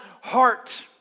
heart